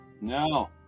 No